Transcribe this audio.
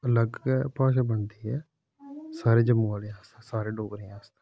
अलग गै भाषा बनदी ऐ स्हाडे़ जम्मू आह्ले आस्तै सारें डोगरें आस्तै